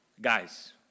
Guys